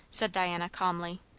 said diana calmly.